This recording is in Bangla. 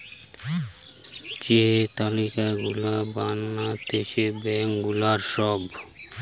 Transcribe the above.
যে তালিকা গুলা বানাতিছে ব্যাঙ্ক গুলার সব